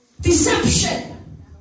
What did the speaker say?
Deception